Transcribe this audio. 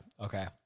Okay